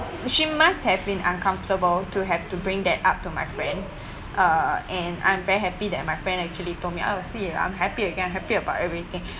she must have been uncomfortable to have to bring that up to my friend uh and I'm very happy that my friend actually told me I will see I'm happy again I'm happy about everything